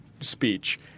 speech